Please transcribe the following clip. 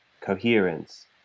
coherence